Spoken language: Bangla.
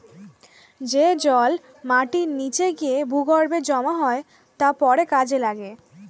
যে জল মাটির নিচে গিয়ে ভূগর্ভে জমা হয় তা পরে কাজে লাগে